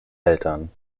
eltern